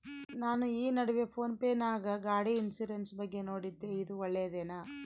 ನಾನು ಈ ನಡುವೆ ಫೋನ್ ಪೇ ನಾಗ ಗಾಡಿ ಇನ್ಸುರೆನ್ಸ್ ಬಗ್ಗೆ ನೋಡಿದ್ದೇ ಇದು ಒಳ್ಳೇದೇನಾ?